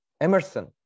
Emerson